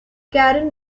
karen